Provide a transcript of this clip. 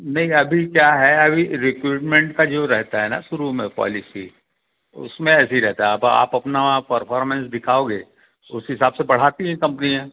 नहीं अभी क्या है अभी रिक्रूटमेंट का जो रहता है ना शुरू में पॉलिसी उसमें ऐसे ही रहता है अब आप अपना परफॉरमेंस दिखाओगे उस हिसाब से बढ़ाती है कम्पनियाँ